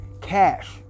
cash